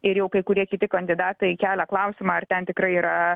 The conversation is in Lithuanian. ir jau kai kurie kiti kandidatai kelia klausimą ar ten tikrai yra